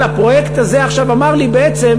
אבל הפרויקט הזה אמר לי בעצם: